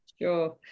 Sure